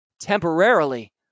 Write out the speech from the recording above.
temporarily